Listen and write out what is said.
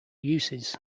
uses